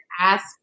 ask